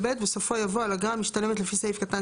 בסופו יבוא "על אגרה המשתלמת לפי סעיף קטן